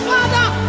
Father